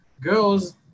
girls